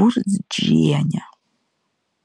burzdžienė